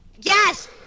Yes